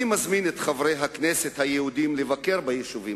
אני מזמין את חברי הכנסת היהודים לבקר ביישובים